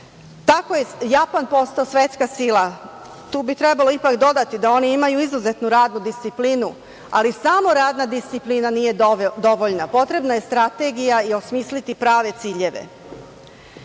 Tako je Japan postao svetska sila. Tu bi ipak trebalo dodati da oni imaju izuzetnu radnu disciplinu, ali samo radna disciplina nije dovoljna. Potrebna je strategija i osmisliti prave